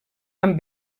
amb